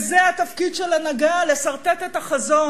וזה התפקיד של הנהגה, לסרטט את החזון.